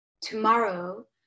Tomorrow